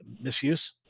misuse